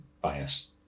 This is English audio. bias